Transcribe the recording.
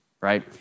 right